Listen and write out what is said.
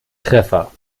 treffer